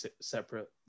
separate